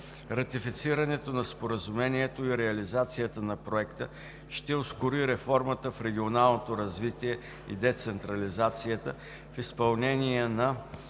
Ратифицирането на Споразумението и реализацията на Проекта ще ускорят реформата в регионалното развитие и децентрализацията в изпълнение на